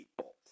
people